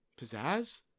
Pizzazz